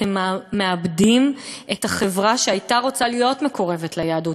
אתם מאבדים את החברה שהייתה רוצה להיות מקורבת ליהדות.